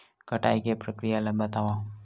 कटाई के प्रक्रिया ला बतावव?